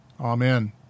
Amen